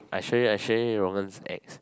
I show you I show you Rong En's ex